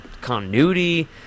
continuity